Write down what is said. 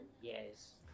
Yes